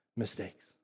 mistakes